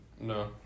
No